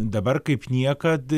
dabar kaip niekad